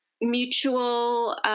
mutual